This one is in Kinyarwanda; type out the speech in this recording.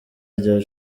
rya